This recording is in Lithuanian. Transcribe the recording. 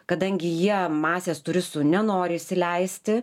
kadangi jie masės turistų nenori įsileisti